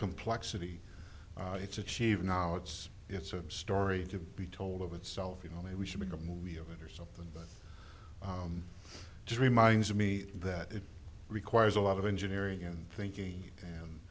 complexity it's achieved now it's it's a story to be told of itself you know maybe we should make a movie of it or something that just reminds me that it requires a lot of engineering and thinking and